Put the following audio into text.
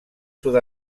sud